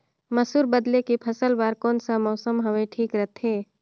मसुर बदले के फसल बार कोन सा मौसम हवे ठीक रथे?